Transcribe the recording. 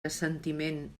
assentiment